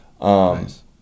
Nice